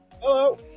Hello